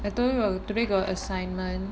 I told you I today got assignment